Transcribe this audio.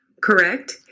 correct